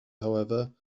however